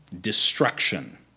destruction